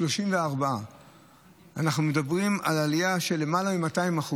34. אנחנו מדברים על עלייה של למעלה מ-200%.